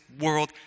world